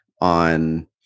on